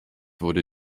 wurde